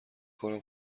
کنم